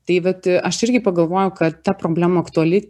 tai vat aš irgi pagalvojau kad ta problema aktuali